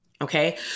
Okay